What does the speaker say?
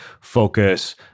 focus